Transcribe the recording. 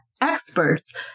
experts